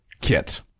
kit